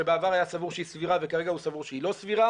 שבעבר היה סבור שהיא סבירה וכרגע הוא סבור שהיא לא סבירה,